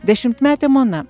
dešimtmetė mona